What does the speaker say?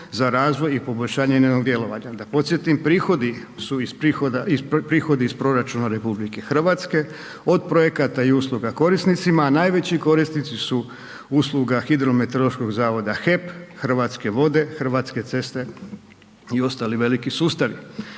za razvoj i poboljšanje njenog djelovanja. Da podsjetim, prihodi su iz prihoda, prihodi iz proračuna RH od projekata i usluga korisnicima a najveći korisnici su usluga hidrometeorološkog zavoda HEP, Hrvatske vode, Hrvatske ceste i ostali veliki sustavi.